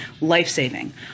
life-saving